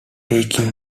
taking